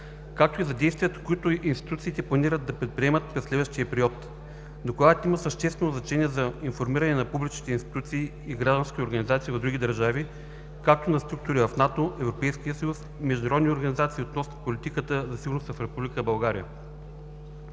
както и за действията, които институциите планират да предприемат през следващия период. Докладът има съществено значение за информиране на публичните институции и граждански организации в други държави, както и на структури на НАТО, Европейския съюз и международни организации относно политиката за сигурност на Република България.